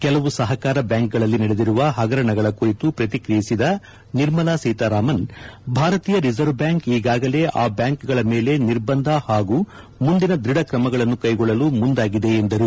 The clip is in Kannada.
ಕೆಲವು ಸಹಕಾರ ಬ್ಯಾಂಕ್ಗಳಲ್ಲಿ ನಡೆದಿರುವ ಹಗರಣಗಳ ಕುರಿತು ಪ್ರತಿಕ್ರಿಯಿಸಿದ ನಿರ್ಮಲಾ ಸೀತಾರಾಮನ್ ಭಾರತೀಯ ರಿಸರ್ವ್ ಬ್ಯಾಂಕ್ ಈಗಾಗಲೇ ಆ ಬ್ಯಾಂಕ್ಗಳ ಮೇಲೆ ನಿರ್ಬಂದ ಹಾಗೂ ಮುಂದಿನ ದ್ವಥ ಕ್ರಮಗಳನ್ನು ಕ್ವೆಗೊಳ್ಳಲು ಮುಂದಾಗಿದೆ ಎಂದರು